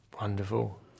Wonderful